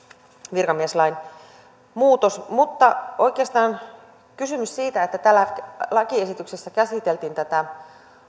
virkamieslain muutos mutta oikeastaan kysymys siitä että tässä lakiesityksessä käsiteltiin tätä